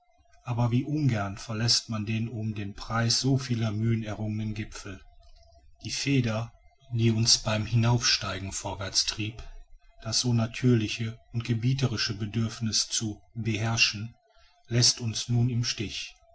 aber wie ungern verläßt man den um den preis so vieler mühen errungenen gipfel die feder die uns beim hinaufsteigen vorwärts trieb das so natürliche und gebieterische bedürfniß zu beherrschen läßt uns nun im stich